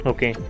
Okay